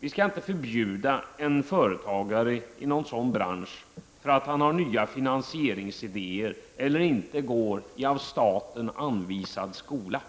Vi skall inte förbjuda företagare i någon sådan bransch för att han har nya finansieringsidéer eller inte går i av staten anvisad skola.